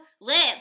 live